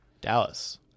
dallas